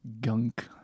Gunk